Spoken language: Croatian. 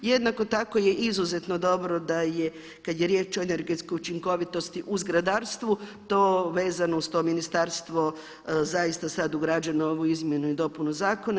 Jednako tako je izuzetno dobro da je kada je riječ o energetskoj učinkovitosti u zgradarstvu to vezano uz to ministarstvo zaista sada ugrađeno u ovu izmjenu i dopunu zakona.